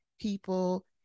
people